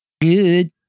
good